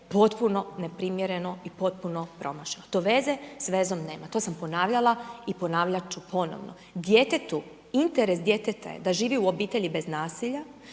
potpuno neprimjereno i potpuno promašeno, to veze s vezom nema. To sam ponavljala i ponavljat ću ponovno. Djetetu, interes djeteta je da živi u obitelji bez nasilja,